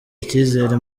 ikizere